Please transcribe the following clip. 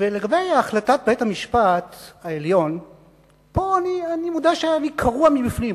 לגבי החלטת בית-המשפט העליון אני מודה שאני קרוע מבפנים.